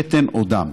שתן או דם.